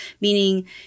meaning